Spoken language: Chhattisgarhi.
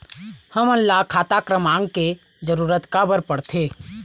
हमन ला खाता क्रमांक के जरूरत का बर पड़थे?